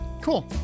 cool